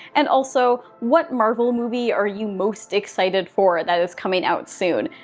and also what marvel movie are you most excited for that's coming out soon.